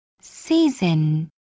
season